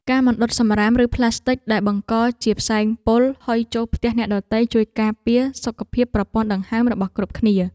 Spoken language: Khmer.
ការមិនដុតសំរាមឬប្លាស្ទិកដែលបង្កជាផ្សែងពុលហុយចូលផ្ទះអ្នកដទៃជួយការពារសុខភាពប្រព័ន្ធដង្ហើមរបស់គ្រប់គ្នា។